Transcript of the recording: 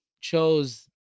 chose